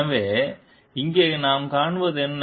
எனவே இங்கே நாம் காண்பது என்ன